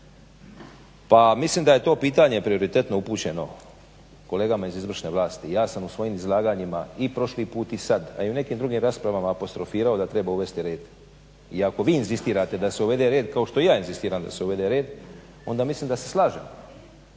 pa mislim da je to pitanje prioritetno upućeno kolegama iz izvršne vlasti. Ja sam u svojim izlaganjima i prošli put i sad, a i u nekim drugim raspravama apostrofirao da treba uvesti red i ako vi inzistirate da se uvede red kao što i ja inzistiram da se uvede red onda mislim da se slažemo.